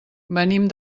venim